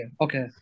okay